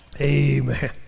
Amen